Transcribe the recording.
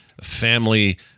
family